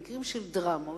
במקרים של דרמות,